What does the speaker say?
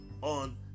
on